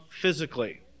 physically